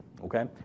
okay